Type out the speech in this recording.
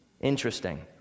Interesting